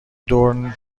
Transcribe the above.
دور